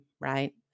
Right